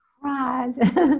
Cried